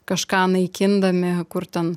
kažką naikindami kur ten